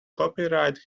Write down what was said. copyright